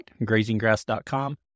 grazinggrass.com